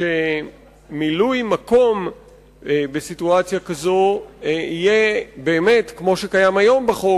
ושמילוי מקום בסיטואציה כזאת יהיה באמת כמו שקיים היום בחוק,